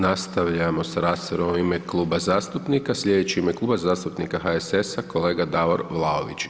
Nastavljamo s raspravom u ime kluba zastupnika, slijedeći u ime Kluba zastupnika HSS kolega Davor Vlaović.